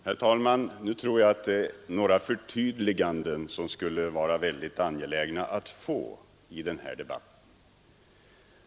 Herr talman! Nu tror jag det är mycket angeläget med några förtydliganden i den här debatten.